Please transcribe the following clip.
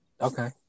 Okay